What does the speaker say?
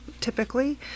typically